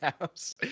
house